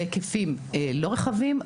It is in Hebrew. בהיקפים לא רחבים,